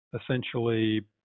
Essentially